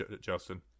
Justin